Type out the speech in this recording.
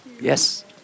Yes